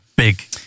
Big